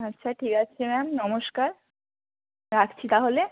আচ্ছা ঠিক আছে ম্যাম নমস্কার রাখছি তাহলে